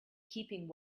keeping